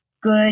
good